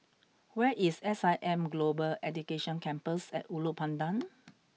where is S I M Global Education Campus at Ulu Pandan